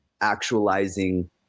actualizing